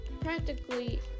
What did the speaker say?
practically